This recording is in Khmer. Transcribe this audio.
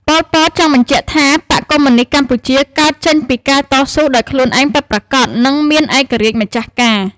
ប៉ុល ពត ចង់បញ្ជាក់ថា បក្សកុម្មុយនីស្តកម្ពុជាកើតចេញពីការតស៊ូដោយខ្លួនឯងពិតប្រាកដ និងមានឯករាជ្យម្ចាស់ការ។